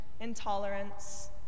intolerance